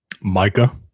Micah